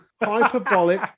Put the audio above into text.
Hyperbolic